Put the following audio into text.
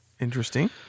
Interesting